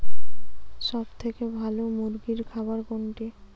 সবথেকে ভালো মুরগির খাবার কোনটি?